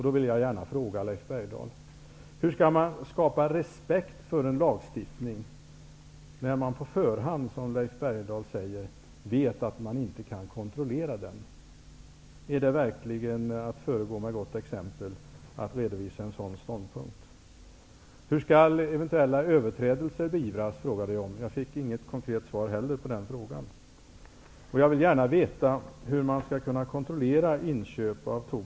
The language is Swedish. Då vill jag fråga Leif Bergdahl: Hur skall man kunna skapa respekt för en lag när man på förhand, som Leif Bergdahl, vet att man inte kan kontrollera den? Är det verkligen att föregå med gott exempel att redovisa en sådan ståndpunkt? Hur skall eventuella överträdelser beivras? frågade jag. Jag fick inget konkret svar på den frågan heller.